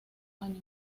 años